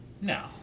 No